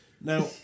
Now